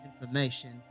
information